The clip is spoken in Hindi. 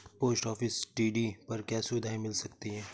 पोस्ट ऑफिस टी.डी पर क्या सुविधाएँ मिल सकती है?